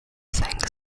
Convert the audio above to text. think